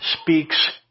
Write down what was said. speaks